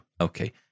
okay